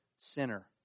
sinner